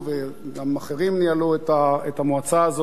וגם אחרים ניהלו את המועצה הזאת,